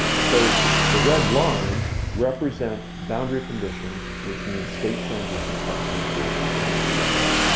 so the red lines represent boundary conditions which mean state transitions have to be created in the dfa,